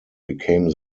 became